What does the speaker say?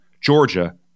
Georgia